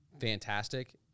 Fantastic